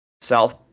south